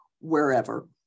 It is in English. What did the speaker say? wherever